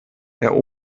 herr